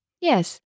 Yes